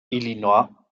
illinois